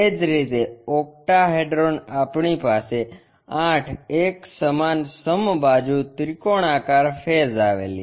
એ જ રીતે ઓક્ટાહેડ્રોન આપણી પાસે આઠ એક સમાન સમબાજુ ત્રિકોણાકાર ફેસ આવેલી છે